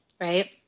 Right